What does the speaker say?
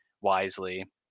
wisely